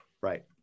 Right